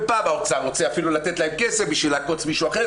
ופעם האוצר רוצה אפילו לתת להן כסף בשביל לעקוץ מישהו אחר,